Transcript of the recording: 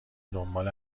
دنبال